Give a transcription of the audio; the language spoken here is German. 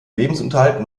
lebensunterhalt